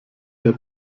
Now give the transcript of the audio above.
der